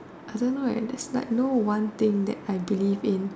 I don't know there's like no one thing that I believe in